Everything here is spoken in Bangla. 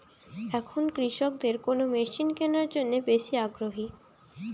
এখন কৃষকদের কোন মেশিন কেনার জন্য বেশি আগ্রহী?